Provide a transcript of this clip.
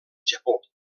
japó